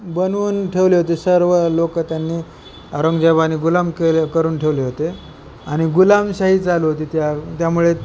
बनवून ठेवले होते सर्व लोक त्यांनी औरंगजबाने गुलाम केले करून ठेवले होते आणि गुलामशाही चालू होती त्या त्यामुळे